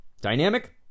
dynamic